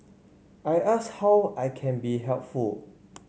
I ask how I can be helpful